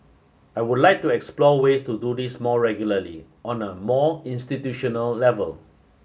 I would like to explore ways to do this more regularly on a more institutional level